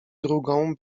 drugą